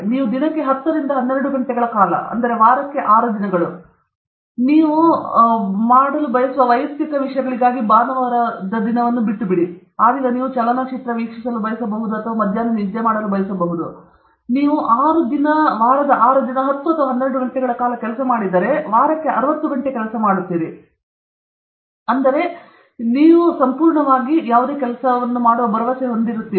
ನೀವು ದಿನಕ್ಕೆ 10 ರಿಂದ 12 ಗಂಟೆಗಳ ಕಾಲ ವಾರದ 6 ದಿನಗಳು ನೀವು ಮಾಡಲು ಬಯಸುವ ನಿಮ್ಮ ವೈಯಕ್ತಿಕ ವಿಷಯಗಳಿಗಾಗಿ ಭಾನುವಾರ ಬಿಡಿ ಕ್ರೀಡಾ ಅಥವಾ ನೀವು ಚಲನಚಿತ್ರವನ್ನು ವೀಕ್ಷಿಸಲು ಬಯಸುವಿರಾ ಅಥವಾ ಮಧ್ಯಾಹ್ನ ನಿದ್ದೆ ಮಾಡಲು ಬಯಸಿದರೆ ನೀವು ಖರ್ಚು ಮಾಡಿದರೆ ವಾರಕ್ಕೆ 60 ಗಂಟೆಗಳು 3 ರಿಂದ 4 ಗಂಟೆಗಳು 3 ರಿಂದ 4 ವರ್ಷಗಳು ನಾವು ಆ ದೃಷ್ಟಿ ಪಡೆಯಲು ಮುಂಚೆ ದರ್ಶನ್ ಮತ್ತು ಹೌದು ನಾನೇನು ಮಾಡುತ್ತಿದ್ದೇನೆ ಎಂಬುದರ ಕುರಿತು ನಾನು ಸಂಪೂರ್ಣವಾಗಿ ಭರವಸೆ ಹೊಂದಿದ್ದೇನೆ